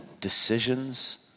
Decisions